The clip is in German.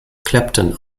clapton